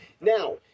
Now